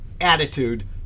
attitude